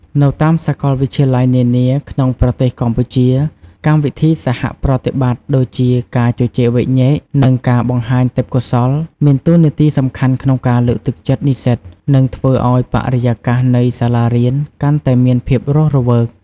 នៅតាមសាកលវិទ្យាល័យនានាក្នុងប្រទេសកម្ពុជា កម្មវិធីសហប្រតិបត្តិដូចជាការជជែកវែកញែក និងការបង្ហាញទេពកោសល្យ មានតួនាទីសំខាន់ក្នុងការលើកទឹកចិត្តនិស្សិត និងធ្វើឲ្យបរិយាកាសនៃសាសារៀនកាន់តែមានភាពរស់រវើក។